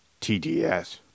TDS